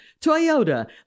Toyota